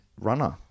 runner